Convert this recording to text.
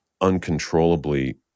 uncontrollably